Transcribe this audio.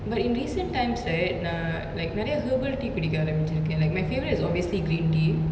but in recent times right நா:na like நெரய:neraya herbal tea குடிக்க ஆரம்பிச்சிருக்க:kudika aarambichiruka like my favourite is obviously green tea